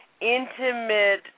intimate